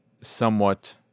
somewhat